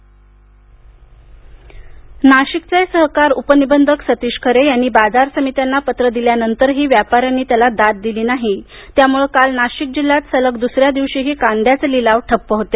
कांदा नाशिक नाशिकचे सहकार उपनिबंधक सतीश खरे यांनी बाजार समित्यांना पत्र दिल्यानंतरही व्यापाऱ्यांनी त्याला दाद दिली नाही त्यामुळे काल नाशिक जिल्ह्यात सलग दुसऱ्या दिवशीही कांद्याचे लिलाव ठप्प होते